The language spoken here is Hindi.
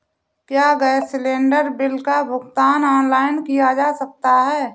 क्या गैस सिलेंडर बिल का भुगतान ऑनलाइन किया जा सकता है?